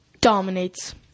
dominates